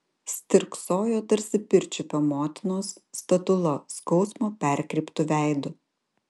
stirksojo tarsi pirčiupio motinos statula skausmo perkreiptu veidu